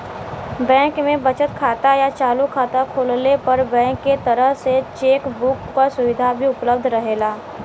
bank में बचत खाता या चालू खाता खोलले पर बैंक के तरफ से चेक बुक क सुविधा भी उपलब्ध रहेला